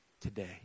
today